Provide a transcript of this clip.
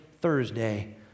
Thursday